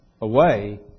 away